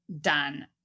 done